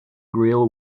grill